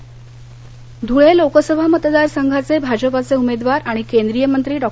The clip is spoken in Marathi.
धळे ध्रळे लोकसभा मतदार संघाचे भाजपाचे उमेदवार आणि केंद्रीय मंत्री डॉ